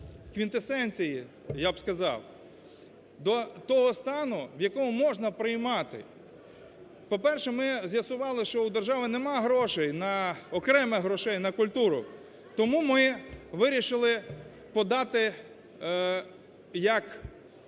квінтесенції, я б сказав, до того стану, в якому можна приймати. По-перше, ми з'ясували, що у держави нема грошей на... окремих грошей на культуру. Тому ми вирішили подати як